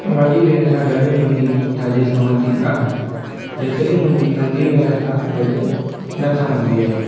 वॾी भेण सां गॾु मुंहिंजी ॾाढी ठहंदी आहे जेतिरी मुंहिंजी नंढी भेण सां गॾु न ठहंदी आहे